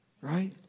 Right